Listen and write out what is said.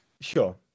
sure